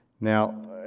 Now